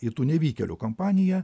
į tų nevykėlių kompaniją